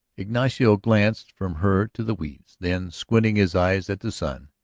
ignacio glanced from her to the weeds, then, squinting his eyes, at the sun.